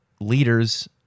leaders